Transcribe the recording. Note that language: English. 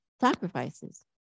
sacrifices